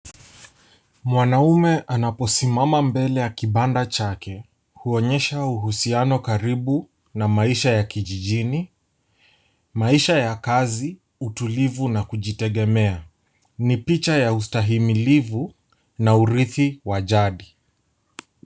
Mwanaume anaposimama mbele ya kibanda chake kuonyesha uhusiano karibu na maisha ya kijijini, maisha ya kazi, utulivu na kujitegemea. Ni picha ya usatahimilivu na uridhi wa jadi.